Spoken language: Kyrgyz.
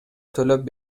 төлөп